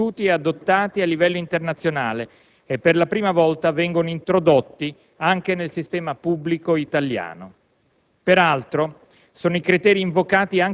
Questi sono criteri riconosciuti e adottati a livello internazionale e per la prima volta vengono introdotti anche nel sistema pubblico italiano. Peraltro